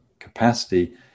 capacity